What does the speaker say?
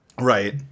Right